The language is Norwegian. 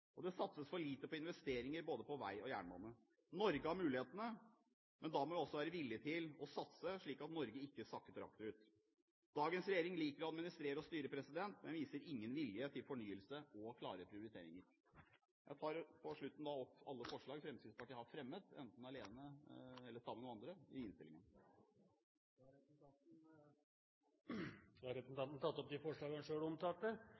helsevesenet. Det satses for lite på investeringer både på vei og jernbane. Norge har mulighetene, men da må vi også være villige til å satse, slik at Norge ikke sakker akterut. Dagens regjering liker å administrere og styre, men viser ingen vilje til fornyelse og klare prioriteringer. Jeg tar til slutt opp alle forslag Fremskrittspartiet har fremmet, enten alene eller sammen med andre, i innstillingene. Representanten Ulf Leirstein har tatt opp de forslagene han